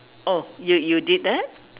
oh you you did that